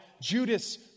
Judas